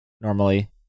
normally